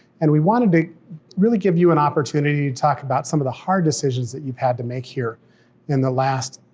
and we wanted to really give you an opportunity to talk about some of the hard decisions that you've had to make here in the last,